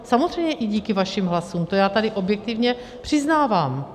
Samozřejmě i díky vašim hlasům, to já tady objektivně přiznávám.